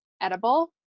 edible